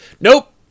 nope